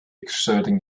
exerting